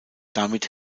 damit